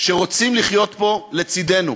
שרוצים לחיות פה לצדנו.